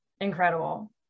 incredible